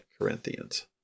Corinthians